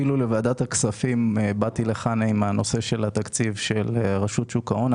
באתי לוועדת הכספים עם הנושא של תקציב רשות שוק ההון.